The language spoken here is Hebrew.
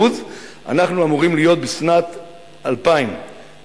אנחנו אמורים להיות בשנת 2029